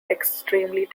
extremely